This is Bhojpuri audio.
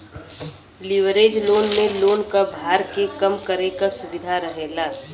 लिवरेज लोन में लोन क भार के कम करे क सुविधा रहेला